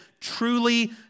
truly